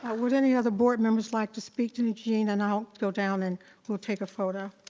would any of the board members like to speak to eugene, and i'll go down and we'll take a photo.